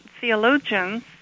theologians